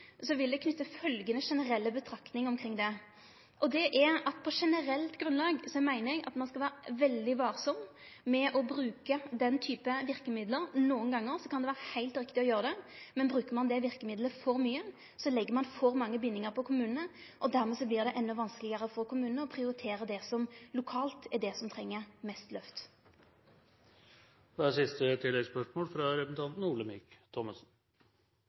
vil med stort alvor ta med meg dei innspela som det lokale kulturlivet gjev meg der. Når det gjeld representanten sitt konkrete spørsmål knytt til øyremerking, vil eg knyte følgjande generelle betraktning omkring det: På generelt grunnlag meiner eg at ein skal vere veldig varsam med å bruke den type verkemidlar. Nokre gonger kan det vere heilt riktig å gjere det, men bruker ein det verkemiddelet for mykje, legg ein for mange bindingar på kommunane, og dermed vert det endå vanskelegare for kommunane å